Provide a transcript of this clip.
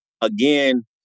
again